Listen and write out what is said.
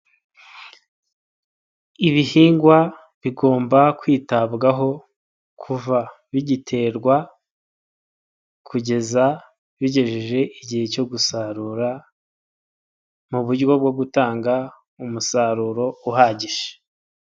Ibihingwa bigomba kwitabwaho kuva bigiterwa kugeza bigejeje igihe cyo gusarura mu buryo bwo gutanga umusaruro uhagije.